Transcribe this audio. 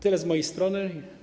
Tyle z mojej strony.